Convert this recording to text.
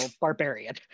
Barbarian